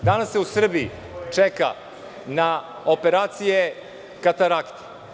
Danas u Srbiji čeka na operacije katarakte.